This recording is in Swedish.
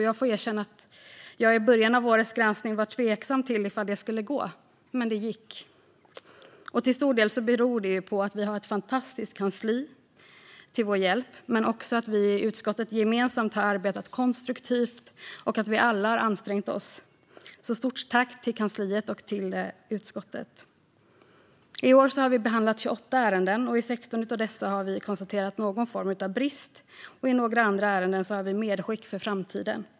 Jag får erkänna att jag i början av årets granskning var tveksam till om det skulle gå, men det gick. Till stor del beror det på att vi har ett fantastiskt kansli till vår hjälp. Men det är också så att vi alla i utskottet gemensamt har arbetat konstruktivt och ansträngt oss. Stort tack till kansliet och utskottet! I år har vi behandlat 28 ärenden. I 16 av dessa har vi konstaterat någon form av brist. I några andra ärenden har vi medskick för framtiden.